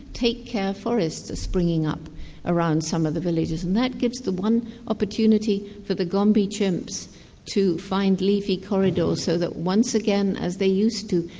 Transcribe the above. take care forests are springing up around some of the villages and that gives the one opportunity for the gombe chimps to find leafy corridors so that once again, as they used to,